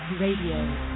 Radio